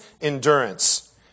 endurance